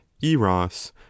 eros